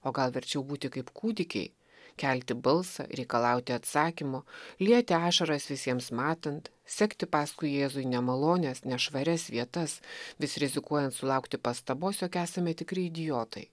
o gal verčiau būti kaip kūdikiai kelti balsą reikalauti atsakymo lieti ašaras visiems matant sekti paskui jėzų į nemalonias nešvarias vietas vis rizikuojant sulaukti pastabos jog esame tikri idiotai